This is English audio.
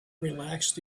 relaxed